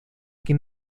que